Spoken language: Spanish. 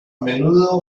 menudo